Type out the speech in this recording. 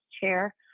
chair